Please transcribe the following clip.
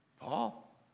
Paul